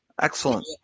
Excellent